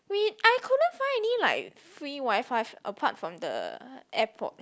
we I couldn't find any like free WiFi apart from the airport